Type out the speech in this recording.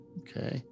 okay